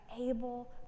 able